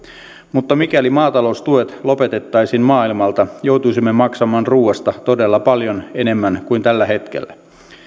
mutta mikäli maataloustuet lopetettaisiin maailmalta joutuisimme maksamaan ruuasta todella paljon enemmän kuin tällä hetkellä